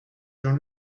jean